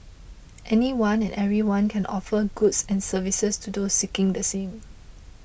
anyone and everyone can offer goods and services to those seeking the same